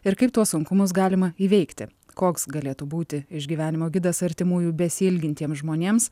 ir kaip tuos sunkumus galima įveikti koks galėtų būti išgyvenimo gidas artimųjų besiilgintiems žmonėms